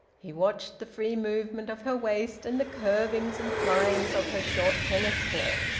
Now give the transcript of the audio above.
he watched the free movement of her waist, and the curvings and flyings of her short tennis skirt.